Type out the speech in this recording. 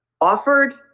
offered